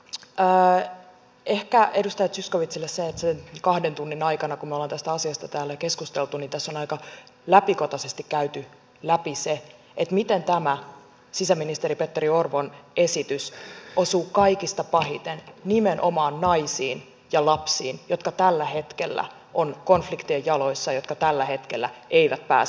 ehkä edustaja zyskowiczille se että sen kahden tunnin aikana kun me olemme tästä asiasta täällä keskustelleet niin tässä on aika läpikotaisesti käyty läpi se että miten tämä sisäministeri petteri orpon esitys osuu kaikista pahiten nimenomaan naisiin ja lapsiin jotka tällä hetkellä ovat konfliktien jaloissa jotka tällä hetkellä eivät pääse turvaan